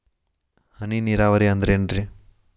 ಹನಿ ನೇರಾವರಿ ಅಂದ್ರೇನ್ರೇ?